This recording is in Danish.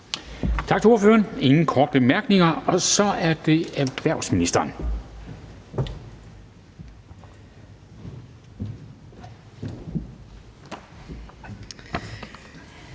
Tak til ordføreren. Der er ingen korte bemærkninger. Så er det erhvervsministeren.